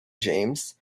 james